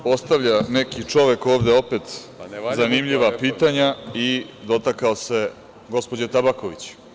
Postavlja neki čovek ovde opet zanimljiva pitanja i dotakao se gospođe Tabaković.